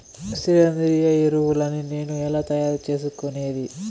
సేంద్రియ ఎరువులని నేను ఎలా తయారు చేసుకునేది?